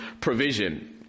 provision